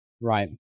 right